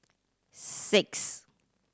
six